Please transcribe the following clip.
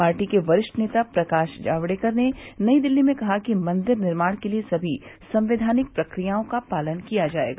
party के वरिष्ठ नेता प्रकाश जावड़ेकर ने नई दिल्ली में कहा कि मंदिर निर्माण के लिए सभी संवैधानिक प्रक्रियाओं का पालन किया जाएगा